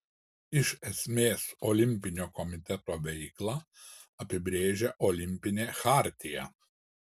iš esmės olimpinio komiteto veiklą apibrėžia olimpinė chartija